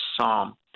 psalm